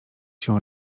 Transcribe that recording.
się